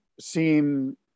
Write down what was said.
seem